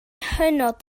hynod